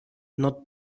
not